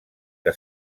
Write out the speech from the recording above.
que